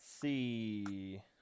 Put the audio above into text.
see